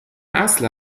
اصل